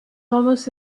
almost